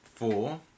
four